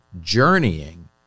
journeying